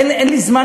אין לי זמן,